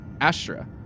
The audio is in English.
Astra